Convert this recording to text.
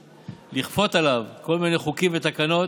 ולכפות עליו כל מיני חוקים ותקנות